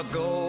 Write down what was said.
go